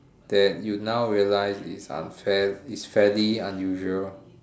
that you now realised it's unfair it's fairly unusual